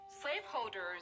Slaveholders